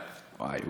וואי,